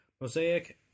mosaic